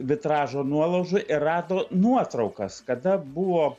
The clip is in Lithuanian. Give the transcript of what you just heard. vitražo nuolaužų ir rado nuotraukas kada buvo